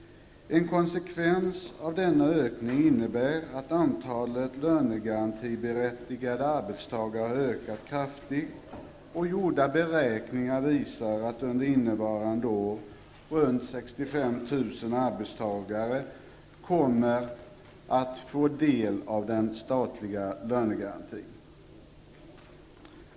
En konsekvens av denna ökning innebär att antalet lönegarantiberättigade arbetstagare har ökat kraftigt. Gjorda beräkningar visar att runt 65 000 arbetstagare under innevarande år kommer att få del av den statliga lönegarantin.